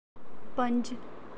पंज